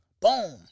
Boom